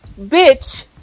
bitch